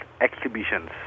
exhibitions